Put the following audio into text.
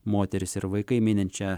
moterys ir vaikai minint šią